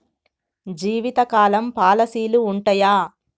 జీవితకాలం పాలసీలు ఉంటయా?